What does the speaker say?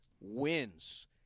wins